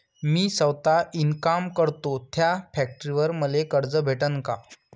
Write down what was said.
मी सौता इनकाम करतो थ्या फॅक्टरीवर मले कर्ज भेटन का?